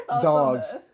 dogs